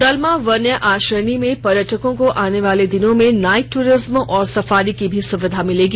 दलमा वन्य आश्रयणी में पर्यटकों को आने वाले दिनों में नाइट ट्रिज्म और सफारी की भी सुविधा मिलेगी